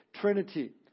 trinity